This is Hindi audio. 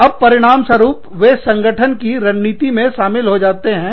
अब परिणाम स्वरूप वे संगठन की रणनीति में शामिल हो जाते हैं